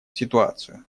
ситуацию